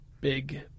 big